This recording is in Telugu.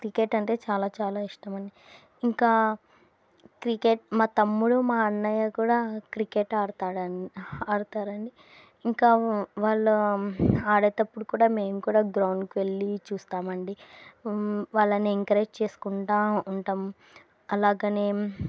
క్రికెట్ అంటే చాలా చాలా ఇష్టమండి ఇంకా క్రికెట్ మా తమ్ముడు మా అన్నయ్య కూడా క్రికెట్ ఆడతాడు ఆడతారండి ఇంకా వాళ్ళు ఆడేటప్పుడు కూడా మేము కూడా గ్రౌండ్కి వెళ్ళి చూస్తామండి వాళ్ళని ఎంకరేజ్ చేసుకుంటూ ఉంటాము అలాగే